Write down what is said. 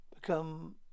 become